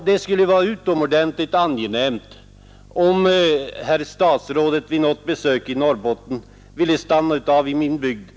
Det skulle vara trevligt om statsrådet vid något besök i Norrbotten ville stanna i min bygd.